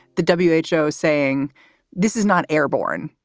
the w h o. saying this is not airborne.